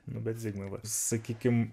nu bet zigmai va sakykim